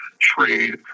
trade